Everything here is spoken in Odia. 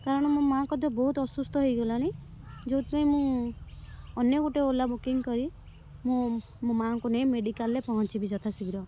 କାରଣ ମୋ ମା'ଙ୍କ ଦେହ ବହୁତ ଅସୁସ୍ଥ ହୋଇଗଲାଣି ଯେଉଁଥି ପାଇଁ ମୁଁ ଅନ୍ୟ ଗୋଟିଏ ଓଲା ବୁକିଙ୍ଗ୍ କରି ମୁଁ ମୋ ମାଙ୍କୁ ନେଇ ମେଡ଼ିକାଲ୍ରେ ପହଞ୍ଚିବି ଯଥା ଶୀଘ୍ର